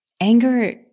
anger